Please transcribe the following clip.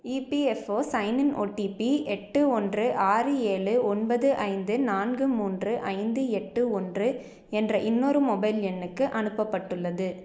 EPFO sign in OTP எட்டு ஒன்று ஆறு ஏழு ஒன்பது ஐந்து நான்கு மூன்று ஐந்து எட்டு ஒன்று என்ற இன்னொரு மொபைல் எண்ணுக்கு அனுப்பப்பட்டுள்ளது